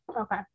okay